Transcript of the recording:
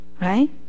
right